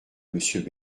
monsieur